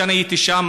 אני הייתי שם,